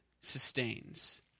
sustains